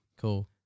Cool